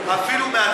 אפילו הממשלה תומכת.